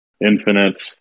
Infinite